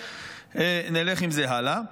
ונלך עם זה הלאה.